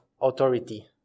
authority